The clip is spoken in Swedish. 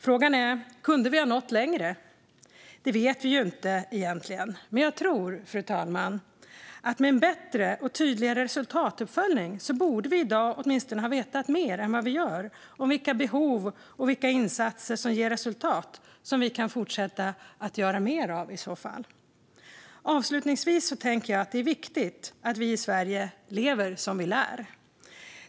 Frågan är om vi kunde ha nått längre. Det vet vi egentligen inte. Men jag tror, fru talman, att med en bättre och tydligare resultatuppföljning borde vi i dag åtminstone ha vetat mer än vad vi gör om vilka behov och insatser som ger resultat, som vi kan fortsätta att göra mer av i så fall. Jag tänker att det är viktigt att vi i Sverige lever som vi lär.